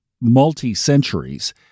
multi-centuries